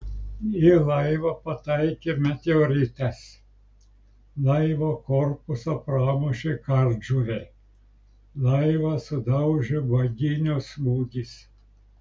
į laivą pataikė meteoritas laivo korpusą pramušė kardžuvė laivą sudaužė banginio smūgis